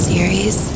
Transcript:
Series